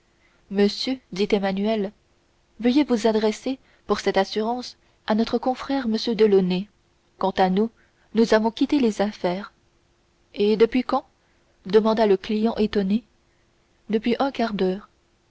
monsieur dit emmanuel veuillez vous adresser pour cette assurance à notre confrère m delaunay quant à nous nous avons quitté les affaires et depuis quand demanda le client étonné depuis un quart d'heure